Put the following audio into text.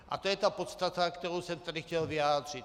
A to je ta podstata, kterou jsem tady chtěl vyjádřit.